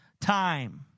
time